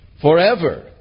forever